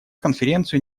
конференцию